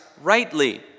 rightly